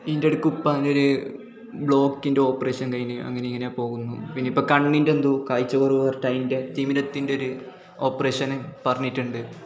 ഈൻ്റട്ക്ക് ഉപ്പാൻ്റെ ഒരു ബ്ലോക്കിൻ്റെ ഒപ്പേറഷൻ കഴിഞ്ഞ് അങ്ങിനെ ഇങ്ങനെ പോകുന്നു പിന്നെ ഇപ്പോൾ കണ്ണിൻ്റെ എന്തോ കാഴ്ചക്കുറവ് പറഞ്ഞിട്ട് അതിൻ്റെ തിമിരത്തിൻ്റെ ഒരു ഓപ്പ്റേഷന് പറഞ്ഞിട്ടുണ്ട്